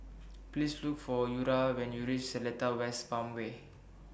Please Look For Eura when YOU REACH Seletar West Farmway